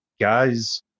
guys